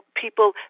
people